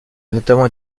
notamment